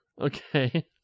Okay